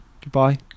goodbye